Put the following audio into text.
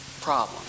problem